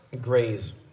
graze